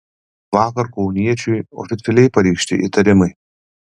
vakar kauniečiui oficialiai pareikšti įtarimai